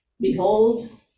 behold